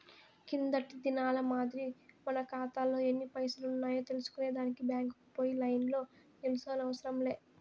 కిందటి దినాల మాదిరి మన కాతాలో ఎన్ని పైసలున్నాయో తెల్సుకునే దానికి బ్యాంకుకు పోయి లైన్లో నిల్సోనవసరం లే